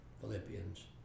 Philippians